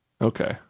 Okay